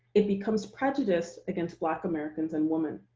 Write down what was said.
it becomes prejudiced against black americans and women.